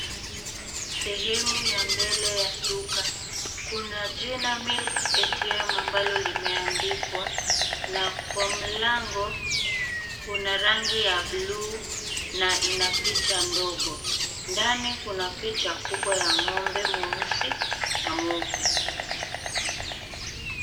Sehemu ya mbele ya duka. Kuna jima Milk ATM ambalo limeandikwa na kwa mlango kuna rangi ya blue na ina picha ndogo. Ndani kuna picha kubwa ya ng'ombe mweusi na mweupe.